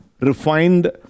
refined